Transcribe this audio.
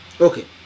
Okay